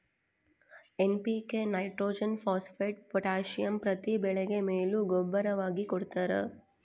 NPK nitrogen phosphate potassium ಪ್ರತಿ ಬೆಳೆಗೆ ಮೇಲು ಗೂಬ್ಬರವಾಗಿ ಕೊಡ್ತಾರ